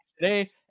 today